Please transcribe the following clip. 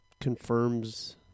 confirms